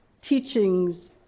teachings